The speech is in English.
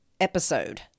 episode